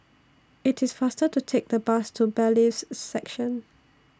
IT IS faster to Take The Bus to Bailiffs' Section